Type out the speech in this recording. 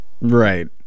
Right